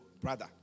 brother